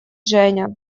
женя